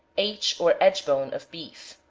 aitch or edgebone of beef.